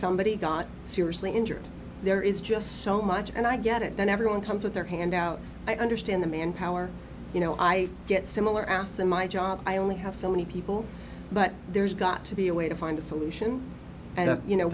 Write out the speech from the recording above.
somebody got seriously injured there is just so much and i get it then everyone comes with their hand out i understand the manpower you know i get similar ass in my job i only have so many people but there's got to be a way to find a solution and you know